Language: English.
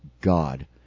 God